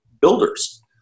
builders